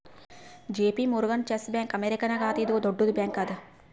JP Morgan Chase bank ಅಮೇರಿಕಾನಾಗ್ ಅದಾ ಇದು ದೊಡ್ಡುದ್ ಬ್ಯಾಂಕ್ ಅದಾ